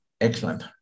Excellent